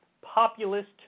populist